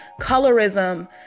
colorism